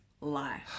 life